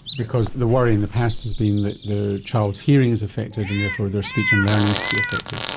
because the worry in the past has been that the child's hearing is affected and therefore their speech and learning could be affected.